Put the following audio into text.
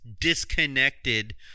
disconnected